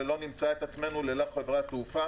ולא נמצא את עצמנו ללא חברת תעופה.